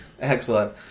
Excellent